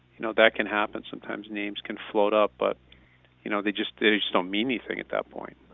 you know that can happen sometimes, names can float up, but you know they just don't mean anything at that point.